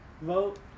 vote